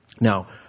Now